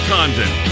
Condon